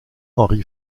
henry